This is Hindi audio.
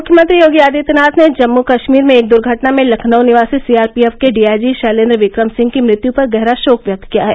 मुख्यमंत्री योगी आदित्यनाथ ने जम्मू कश्मीर में एक द्वर्घटना में लखनऊ निवासी सीआरपीएफ के D I G Shailendra Vikram Singh की मृत्यु पर गहरा शोक व्यक्त किया है